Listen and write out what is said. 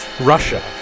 Russia